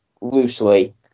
loosely